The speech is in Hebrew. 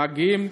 מגיעים